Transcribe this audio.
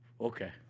Okay